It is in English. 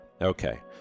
Okay